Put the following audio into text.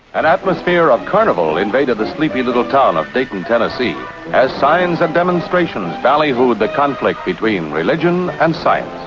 an atmosphere of carnival invaded the sleepy little town of dayton, tennessee as signs and demonstrations ballyhooed the conflict between religion and science.